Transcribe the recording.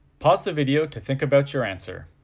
pause the video to think about your answer.